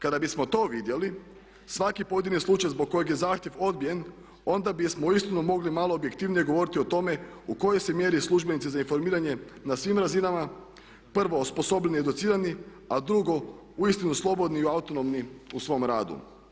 Kada bismo to vidjeli svaki pojedini slučaj zbog kojeg je zahtjev odbijen onda bismo uistinu mogli malo objektivnije govoriti o tome u kojoj se mjeri službenici za informiranje na svim razinama prvo osposobljeni i educirani, a drugo uistinu slobodni i autonomni u svom radu.